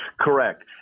Correct